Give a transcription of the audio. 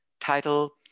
title